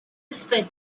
spit